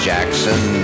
Jackson